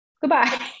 goodbye